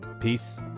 peace